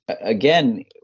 again